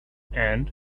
and